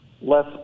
less